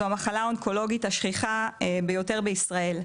זו המחלה האונקולוגית השכיחה ביותר בישראל,